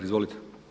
Izvolite.